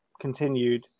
continued